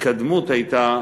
שההתקדמות הייתה